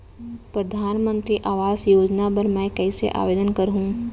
परधानमंतरी आवास योजना बर मैं कइसे आवेदन करहूँ?